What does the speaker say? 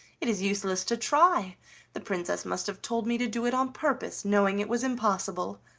it is useless to try the princess must have told me to do it on purpose, knowing it was impossible.